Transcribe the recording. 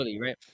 Right